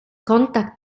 contact